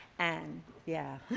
and yeah